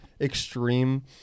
extreme